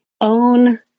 own